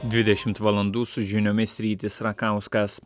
dvidešim valandų su žiniomis rytis rakauskas